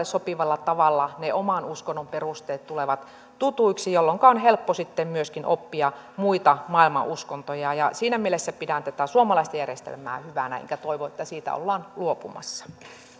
sopivalla tavalla ne oman uskonnon perusteet tulevat tutuiksi jolloinka on helppo sitten myöskin oppia muita maailman uskontoja siinä mielessä pidän tätä suomalaista järjestelmää hyvänä enkä toivo että siitä ollaan luopumassa